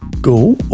Go